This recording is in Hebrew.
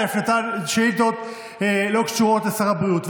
אלא הפנתה שאילתות לא קשורות לשר הבריאות.